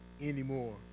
anymore